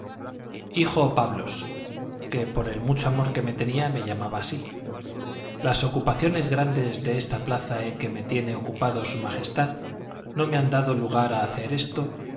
desde segovia en esta forma hijo pablos que por el mucho amor que me tenía me llamaba así las ocupaciones grandes de esta plaza en que me tiene ocupado su majestad no me han dado lugar a hacer esto